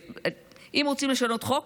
אם רוצים לשנות חוק,